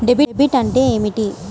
Debit అంటే ఏమిటి?